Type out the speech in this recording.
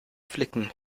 flicken